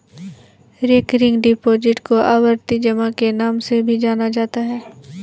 recurring deposit को आवर्ती जमा के नाम से भी जाना जाता है